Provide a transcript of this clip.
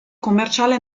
commerciale